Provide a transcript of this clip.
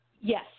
yes